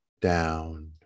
down